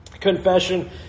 confession